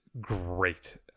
great